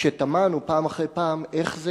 כשתמהנו פעם אחר פעם איך זה